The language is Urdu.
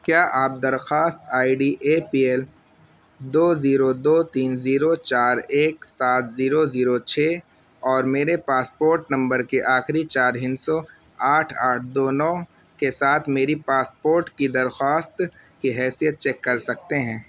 کیا آپ درخواست I D A P L دو زیرو دو تین زیرو چار ایک سات زیرو زیرو چھ اور میرے پاسپورٹ نمبر کے آخری چار ہندسوں آٹھ آٹھ دو نو کے ساتھ میری پاسپورٹ کی درخواست کی حیثیت چیک کر سکتے ہیں